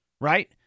right